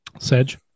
Sedge